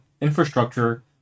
infrastructure